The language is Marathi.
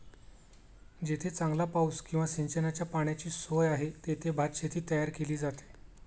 जेथे चांगला पाऊस किंवा सिंचनाच्या पाण्याची सोय आहे, तेथे भातशेती तयार केली जाते